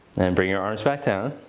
and bring your arms back down.